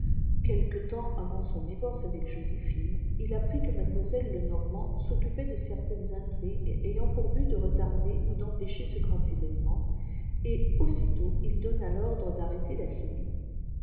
ouelque temps avant son divorce avec joséphine il apcit due niadeixiôiâèllë teriormant s'occupait de certaines intrigues ayant qût but de retarder ou d empêcher ce grand événement et auàsitèi li donna l'ordre d'arrêter ta